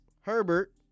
Herbert